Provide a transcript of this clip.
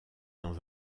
dans